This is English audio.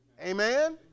Amen